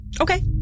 Okay